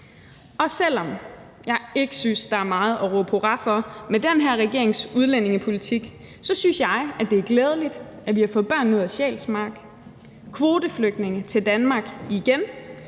Selv om jeg ikke synes, der er meget at råbe hurra for med den her regerings udlændingepolitik, synes jeg, det er glædeligt, at vi har fået børnene ud af Sjælsmark, kvoteflygtninge til Danmark igen,